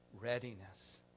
readiness